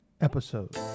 episode